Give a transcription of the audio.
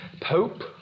pope